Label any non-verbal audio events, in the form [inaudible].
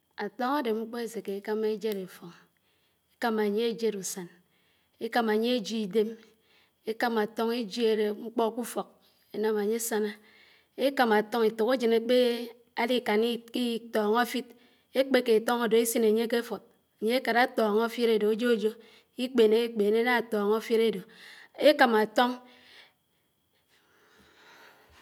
Áfóñ ádé mkpó éséké ékámá éjéd áffóñ, ékámá ányé éjéd úsán, ékámá ányé éji idém, ékámá áfóñ éjiéd mkpó k'úfók énám ányé ásáná, ékámá áfóǹ étókájén ákpééé álikáná [hesitation] itóñó áfid, ékpéké átóñ ádó ésin ányé k'éfúd ányé kárá átóñó áfid ádó ájójó, ikpénéké kpéné álá tónó áfid ádó Ekámá átóñ.